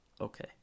okay